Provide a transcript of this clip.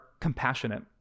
compassionate